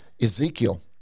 Ezekiel